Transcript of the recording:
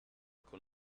con